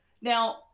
Now